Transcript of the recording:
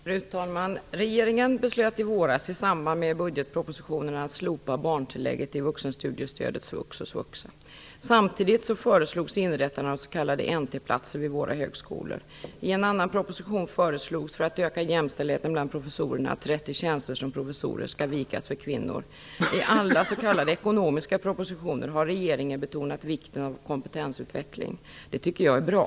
Fru talman! Regeringen beslöt i våras i samband med budgetpropositionen att slopa barntillägget i vuxenstudiestöden svux och svuxa. Samtidigt föreslogs inrättande av s.k. NT-platser vid våra högskolor. I en annan proposition föreslogs för att öka jämställdheten mellan professorerna att 30 tjänster som professorer skall "vikas" för kvinnor. I andra s.k. ekonomiska propositioner har regeringen betonat vikten av kompetensutveckling, och det tycker jag är bra.